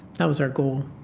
that was our goal